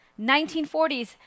1940s